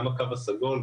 גם הקו הסגול,